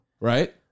Right